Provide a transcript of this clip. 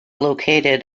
located